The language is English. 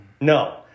No